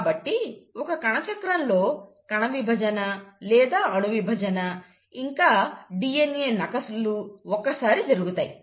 కాబట్టి ఒక కణచక్రం లో కణవిభజన లేదా అణువిభజన ఇంకా DNA నకలు ఒక్కసారి జరుగుతుంది